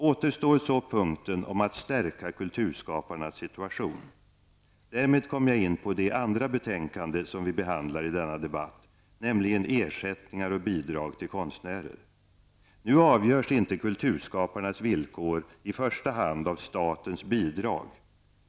Återstår så punkten om att stärka kulturskaparnas situation. Därmed kommer jag in på det andra betänkande som vi behandlar i denna debatt, nämligen ersättningar och bidrag till konstnärer. Nu avgörs inte kulturskaparnas villkor i första hand av statens bidrag.